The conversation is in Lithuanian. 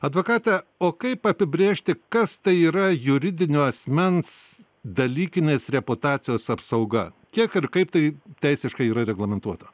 advokate o kaip apibrėžti kas tai yra juridinio asmens dalykinės reputacijos apsauga kiek ir kaip tai teisiškai yra reglamentuota